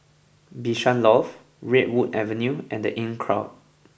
Bishan Loft Redwood Avenue and The Inncrowd